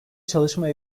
çalışma